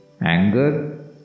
anger